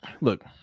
look